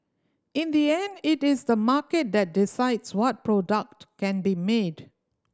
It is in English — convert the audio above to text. in the end it is the market that decides what product can be made